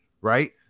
right